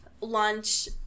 lunch